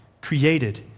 created